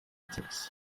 checks